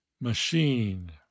Machine